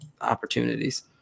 opportunities